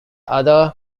other